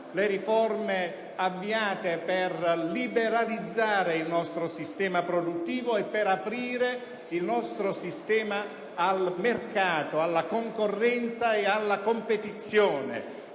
le riforme avviate per liberalizzare il nostro sistema produttivo e aprire il nostro sistema al mercato, alla concorrenza e alla competizione,